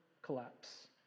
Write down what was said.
collapse